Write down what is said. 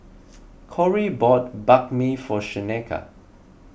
Corey bought Banh Mi for Shaneka